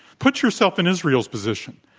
put yourself in israel's position.